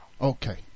Okay